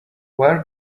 where